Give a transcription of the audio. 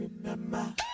remember